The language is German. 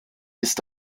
ist